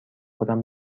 خودم